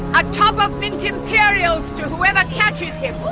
a tub of mint imperials to whoever catches him!